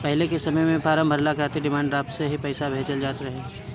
पहिले के समय में फार्म भरला खातिर डिमांड ड्राफ्ट से ही पईसा भेजल जात रहे